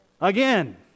Again